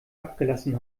abgelassen